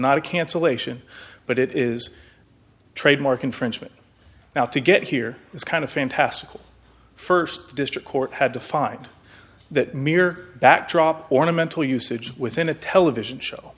not a cancellation but it is trademark infringement now to get here is kind of fantastical first district court had to find that mere backdrop ornamental usage within a television show